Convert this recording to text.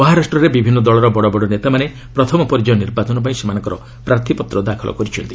ମହାରାଷ୍ଟ୍ରରେ ବିଭିନ୍ନ ଦଳର ବଡ଼ ବଡ଼ ନେତାମାନେ ପ୍ରଥମ ପର୍ଯ୍ୟାୟ ନିର୍ବାଚନପାଇଁ ସେମାନଙ୍କର ପ୍ରାର୍ଥୀପତ୍ର ଦାଖଲ କରିଛନ୍ତି